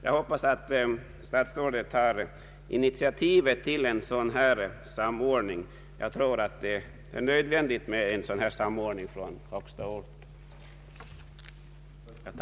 Jag hoppas att statsrådet tar initiativ till en samordning. Jag tror att det är nödvändigt att ett sådant tas från högsta ort.